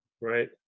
right